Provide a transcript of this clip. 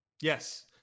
Yes